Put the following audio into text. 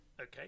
okay